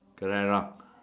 correct or not